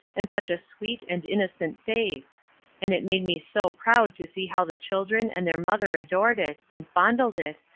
and such a sweet and innocent face and it made me so proud to see how the children and their mother adored it, and fondled it,